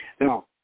Now